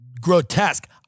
grotesque